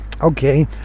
okay